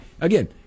again